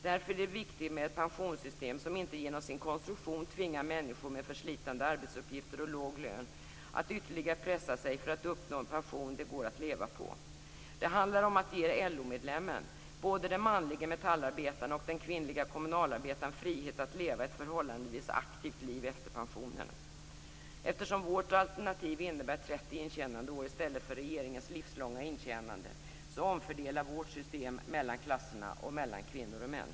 Därför är det viktigt med ett pensionssystem som inte genom sin konstruktion tvingar människor med förslitande arbetsuppgifter och låg lön att ytterligare pressa sig för att uppnå en pension som det går att leva på. Det handlar om att ge LO-medlemmen, både den manlige metallarbetaren och den kvinnliga kommunalarbetaren, frihet att leva ett förhållandevis aktivt liv efter pensionen. Eftersom vårt alternativ innebär 30 intjänandeår i stället för regeringens livslånga intjänande omfördelar vårt system mellan klasserna och mellan kvinnor och män.